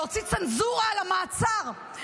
להוציא צנזורה על המעצר,